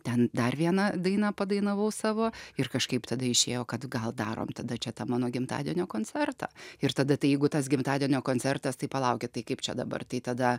ten dar vieną dainą padainavau savo ir kažkaip tada išėjo kad gal darom tada čia tą mano gimtadienio koncertą ir tada jeigu tas gimtadienio koncertas tai palaukit tai kaip čia dabar tai tada